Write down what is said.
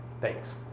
Thanks